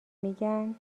میگن